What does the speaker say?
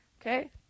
Okay